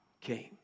came